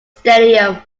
stadium